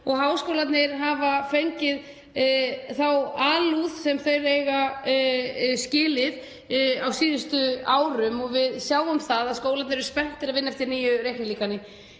Háskólarnir hafa fengið þá alúð sem þeir eiga skilið á síðustu árum og við sjáum að skólarnir eru spenntir að vinna eftir nýju reiknilíkani.